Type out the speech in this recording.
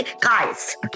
guys